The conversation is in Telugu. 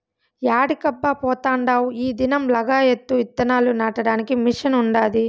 యాడికబ్బా పోతాండావ్ ఈ దినం లగాయత్తు ఇత్తనాలు నాటడానికి మిషన్ ఉండాది